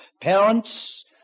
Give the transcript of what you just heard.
parents